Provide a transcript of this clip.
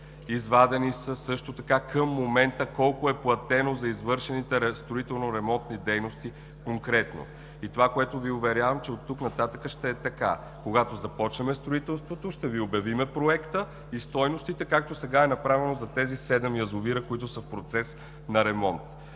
за целия проект и към момента колко е платено за извършените строително-ремонтни дейности конкретно. Това, в което Ви уверявам, е, че оттук нататък ще е така. Когато започнем строителството, ще обявим проекта и стойностите, както сега е направено за тези седем язовира, които са в процес на ремонт.